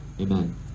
Amen